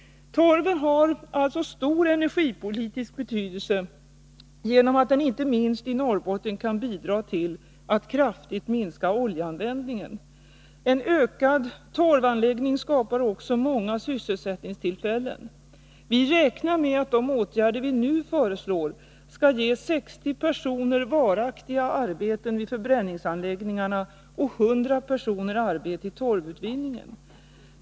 Torven har alltså stor energipolitisk betydelse genom att den inte minst i Norrbotten kan bidra till att kraftigt minska oljeanvändningen. En utökad torvanvändning skapar också många sysselsättningstillfällen. Vi räknar med att de åtgärder vi nu föreslår skall ge 60 personer varaktiga arbeten vid förbränningsanläggningarna och 100 personer arbete i torvutvinningen.